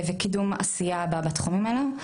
וקידום עשייה בתחומים האלה,